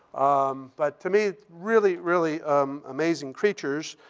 um but, to me, really, really amazing creatures.